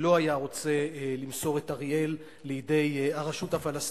לא היה רוצה למסור את אריאל לידי הרשות הפלסטינית,